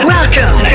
Welcome